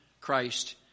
Christ